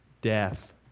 death